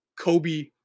Kobe